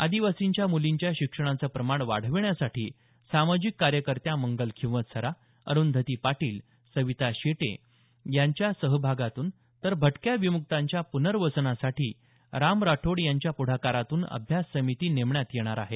आदिवासींच्या मुलींच्या शिक्षणाचं प्रमाण वाढविण्यासाठी सामाजिक कार्यकर्त्या मंगल खिंवसरा अरुंधती पाटील सविता शेटचे यांच्या सहभागातून तर भटक्या विम्क्तांच्या प्नर्वसनासाठी राम राठोड यांच्या पुढाकारातून अभ्यास समिती नेमण्यात येणार आहे